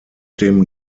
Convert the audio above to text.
dem